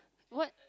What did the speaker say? what